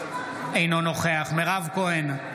אינו נוכח מירב כהן,